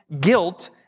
guilt